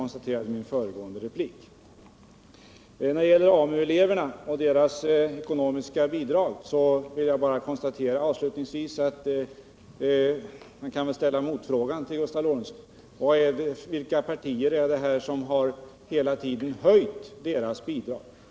När det gäller AMU-elevernas ekonomiska bidrag vill jag avslutningsvis ställa motfrågan till Gustav Lorentzon: Vilka partier är det som hela tiden har höjt detta bidrag?